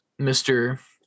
Mr